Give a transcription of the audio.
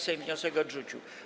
Sejm wniosek odrzucił.